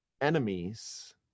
enemies